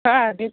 हां देते